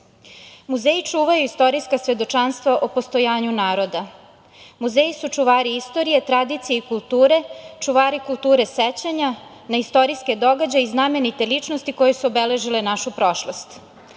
čuvaju istorijska svedočanstva o postojanju naroda. Muzeji su čuvari istorije, tradicije i kulture, čuvari kulture sećanja na istorijske događaje i znamenite ličnosti koje su obeležile našu prošlost,